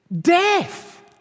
death